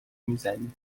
میزنی